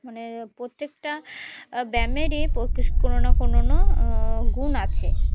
মানে প্রত্যেকটা ব্যায়ামেরই কোনো না কোনও গুণ আছে